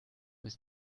ist